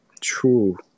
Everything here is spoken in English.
True